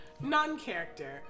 non-character